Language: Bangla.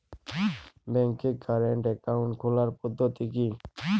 ব্যাংকে কারেন্ট অ্যাকাউন্ট খোলার পদ্ধতি কি?